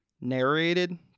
narrated